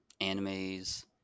animes